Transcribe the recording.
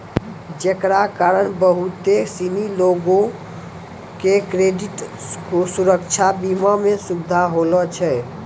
जेकरा कारण बहुते सिनी लोको के क्रेडिट सुरक्षा बीमा मे सुविधा होलो छै